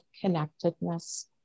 connectedness